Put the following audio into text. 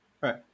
right